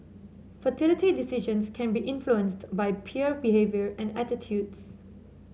fertility decisions can be influenced by peer behaviour and attitudes